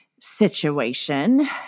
situation